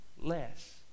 less